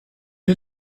est